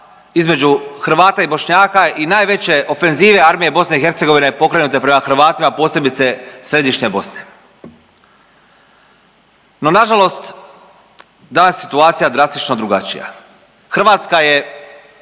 između Hrvata i Bošnjaka i najveće ofenzive armije BiH pokrenute prema Hrvatima posebice središnje Bosne. No, nažalost danas je situacija drastično drugačija. Hrvatska je